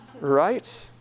Right